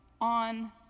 on